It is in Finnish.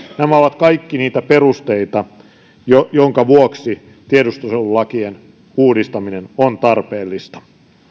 nämä ovat kaikki niitä perusteita joidenka vuoksi tiedustelulakien uudistaminen on tarpeellista